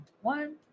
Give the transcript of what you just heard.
one